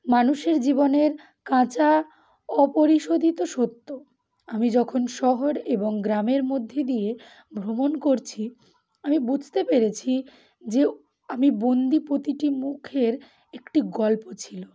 মানুষের জীবনের কাঁচা অপরিশোধিত সত্য আমি যখন শহর এবং গ্রামের মধ্যে দিয়ে ভ্রমণ করছি আমি বুঝতে পেরেছি যে আমি বন্দি প্রতিটি মুখের একটি গল্প ছিল